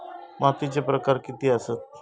मातीचे प्रकार किती आसत?